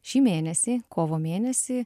šį mėnesį kovo mėnesį